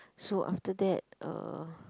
so after that uh